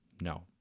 No